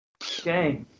Okay